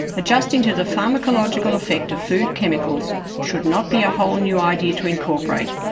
adjusting to the pharmacological effect of food chemicals should not be a whole new idea to incorporate,